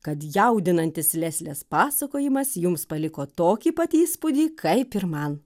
kad jaudinantis leslės pasakojimas jums paliko tokį pat įspūdį kaip ir man